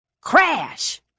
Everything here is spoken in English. Crash